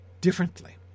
differently